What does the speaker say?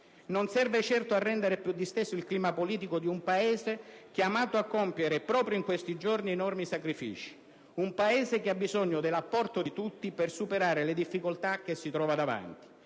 Non serve, certo, a rendere più disteso il clima politico di un Paese chiamato a compiere proprio in questi giorni enormi sacrifici. Un Paese che ha bisogno dell'apporto di tutti per superare le difficoltà che si trova davanti.